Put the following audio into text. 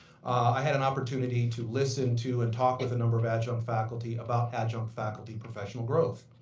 i had an opportunity to listen to and talk with a number of adjunct faculty about adjunct faculty professional growth.